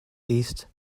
east